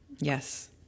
Yes